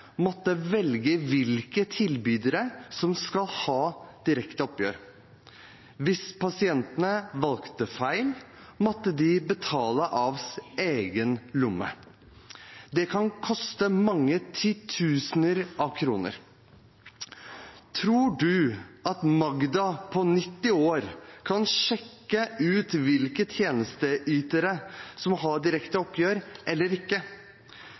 måtte velge hvilke tilbydere som skal ha direkte oppgjør. Hvis pasientene valgte feil, måtte de betale av egen lomme. Det kan koste mange titusener av kroner. Tror statsråden at Magda på 90 år kan sjekke ut hvilke tjenesteytere som har direkte oppgjør eller ikke?